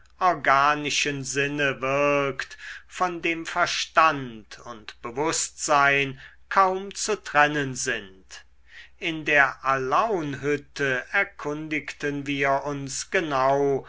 organischen sinne wirkt von dem verstand und bewußtsein kaum zu trennen sind in der alaunhütte erkundigten wir uns genau